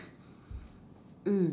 mm